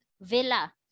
villa